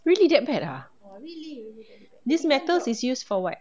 really that bad ah these metals is used for what